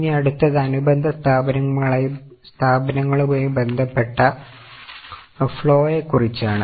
ഇനി അടുത്തത് അനുബന്ധ സ്ഥാപനങ്ങളുമായി ബന്ധപ്പെട്ട ക്യാഷ് ഫ്ലോയെ കുറിച്ചാണ്